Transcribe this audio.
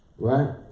Right